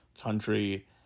country